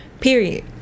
Period